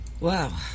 Wow